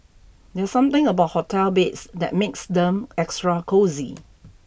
there's something about hotel beds that makes them extra cosy